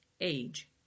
age